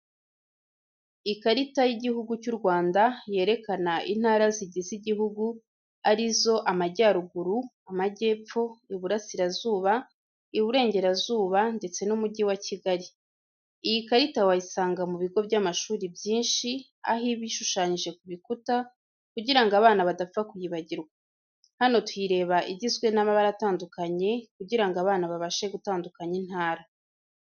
Ikarita y'igihugu cy'Urwanda yereka intara zigize igihugu arizo amajyaruguru, amajyepfo, iburasirazuba, iburengerazuba ndetse n'umujyi wa Kigali, iyi karita wayisanga mubigo by'amashuri byinshi aho iba ishushanyije kubikuta kugira abana badapfa kuyibagirwa, hano tuyireba igizwe n'amabara atandukanye kugira ngo abana babashe gutandukanya intara.